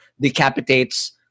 decapitates